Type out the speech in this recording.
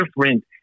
different